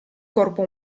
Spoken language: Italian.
corpo